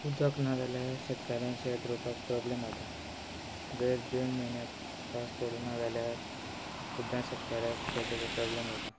उदक ना जाल्यार शेतकार शेत रोवपाक प्रोबल्म जाता जर जून म्हयन्याक पावस पडूं ना जाल्यार सुद्दां शेतकाऱ्याक शेत रोवपाक प्रोबल्म जाता